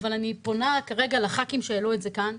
אבל אני פונה כרגע לח"כים שהעלו את זה כאן: